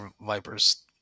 Viper's